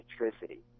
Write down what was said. electricity